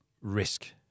risk